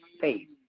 faith